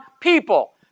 people